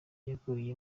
yaguye